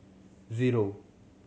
zero